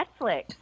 Netflix